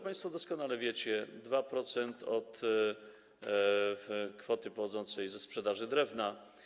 Państwo doskonale wiecie - 2% kwoty pochodzącej ze sprzedaży drewna.